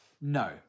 no